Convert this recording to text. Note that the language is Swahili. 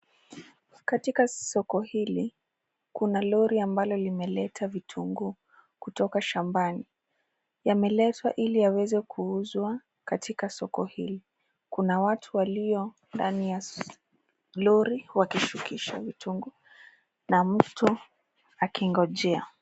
Katika soko hili, kuna lori ambalo limeleta vitunguu kutoka shambani. Yameletwa ili yaweze kuuzwa katika soko hili. Kuna watu walio ndani ya lori wakishukisha vitunguu na mtu akingojea.